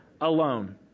alone